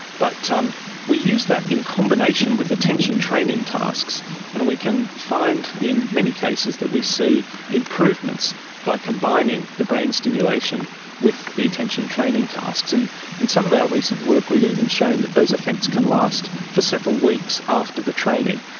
but we use that in combination with attention training tasks and we can find in many cases that we see improvements by combining the brain stimulation with the attention training tasks. and in some of our recent work we've even shown that those effects can last for several weeks after the training.